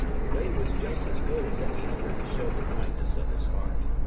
the way was just as good as any other to show the kindness of his heart.